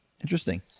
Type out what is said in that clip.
Interesting